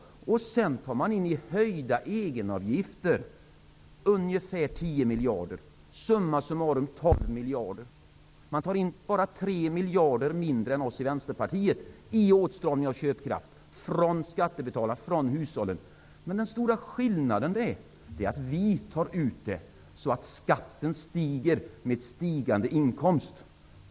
Man tar in ungefär 10 miljarder i höjda egenavgifter -- summa summarum 12 miljarder. Regeringen tar bara in 3 miljarder mindre i åtstramning av köpkraft från skattebetalarna och hushållen än vad vi i Vänsterpartiet föreslår att man skall göra. Den stora skillnaden är att vi vill ta ut pengarna genom att låta skatten stiga med stigande inkomst.